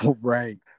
Right